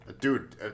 dude